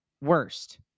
worst